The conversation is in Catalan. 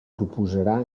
proposarà